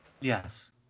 Yes